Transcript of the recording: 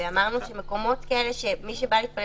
ואמרנו שמקומות כאלה מי שבא להתפלל